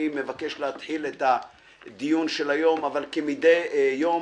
אני מבקש להתחיל את הדיון של היום אבל כמדי יום